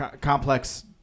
complex